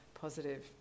positive